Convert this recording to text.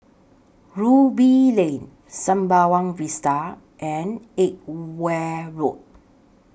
Ruby Lane Sembawang Vista and Edgware Road